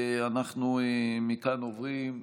אנחנו מכאן עוברים,